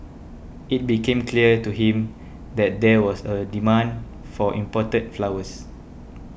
it became clear to him that there was a demand for imported flowers